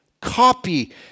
copy